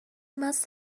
must